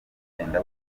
ugenda